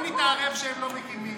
הם לא רוצים להקים.